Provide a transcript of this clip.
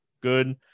good